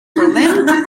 berlin